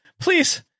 please